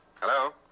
Hello